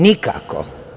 Nikako.